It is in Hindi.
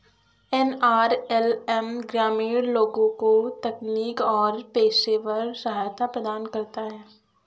एन.आर.एल.एम ग्रामीण लोगों को तकनीकी और पेशेवर सहायता प्रदान करता है